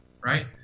right